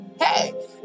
hey